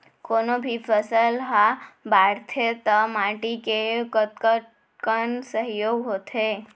कोनो भी फसल हा बड़थे ता माटी के कतका कन सहयोग होथे?